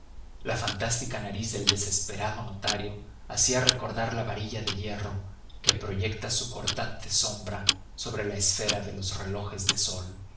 la fantástica nariz del desesperado notario hacía recordar la varilla de hierro que proyecta su cortante sombra sobre la esfera de los relojes de sol